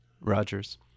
Rogers